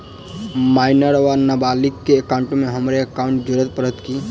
Minor वा नबालिग केँ एकाउंटमे हमरो एकाउन्ट जोड़य पड़त की?